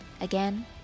Again